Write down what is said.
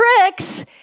tricks